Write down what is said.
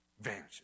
vanishes